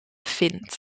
vindt